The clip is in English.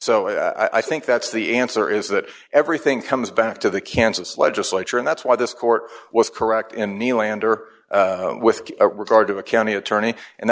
so i i think that's the answer is that everything comes back to the kansas legislature and that's why this court was correct in kneeling under with regard to a county attorney and